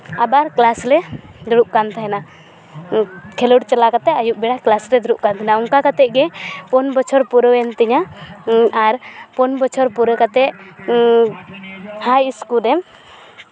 ᱟᱵᱟᱨ ᱠᱞᱟᱥ ᱞᱮ ᱫᱩᱲᱩᱵ ᱠᱟᱱ ᱛᱟᱦᱮᱱᱟ ᱠᱷᱮᱞᱳᱰ ᱪᱟᱞᱟᱣ ᱠᱟᱛᱮᱫ ᱟᱹᱭᱩᱵ ᱵᱮᱲᱟ ᱠᱞᱟᱥ ᱞᱮ ᱫᱩᱲᱩᱵ ᱠᱟᱱ ᱛᱟᱦᱮᱱᱟ ᱚᱱᱠᱟ ᱠᱟᱛᱮᱫ ᱜᱮ ᱯᱩᱱ ᱵᱚᱪᱷᱚᱨ ᱯᱩᱨᱟᱹᱣᱮᱱ ᱛᱤᱧᱟᱹ ᱟᱨ ᱯᱩᱱ ᱵᱚᱪᱷᱚᱨ ᱯᱩᱨᱟᱹᱣ ᱠᱟᱛᱮᱫ ᱦᱟᱭ ᱤᱥᱠᱩᱞ ᱨᱮ